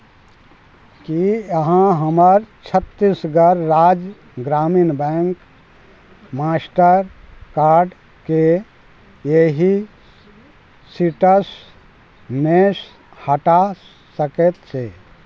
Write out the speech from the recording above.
की अहाँ हमर छत्तीसगढ़ राज्य ग्रामीण बैंक मास्टर कार्डकेँ एहि सीटर्समे सँ हटा सकैत छी